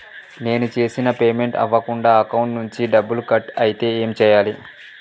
నేను చేసిన పేమెంట్ అవ్వకుండా అకౌంట్ నుంచి డబ్బులు కట్ అయితే ఏం చేయాలి?